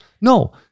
No